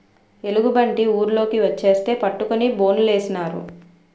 ఎలుగుబంటి ఊర్లోకి వచ్చేస్తే పట్టుకొని బోనులేసినారు